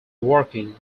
working